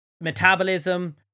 metabolism